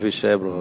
אבישי ברוורמן.